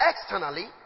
externally